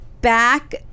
back